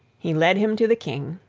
he led him to the king,